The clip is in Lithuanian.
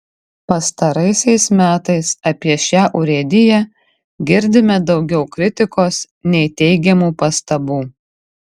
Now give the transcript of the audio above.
pastaraisiais metais apie šią urėdiją girdime daugiau kritikos nei teigiamų pastabų